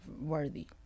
worthy